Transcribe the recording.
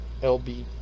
LB